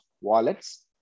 wallets